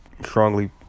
strongly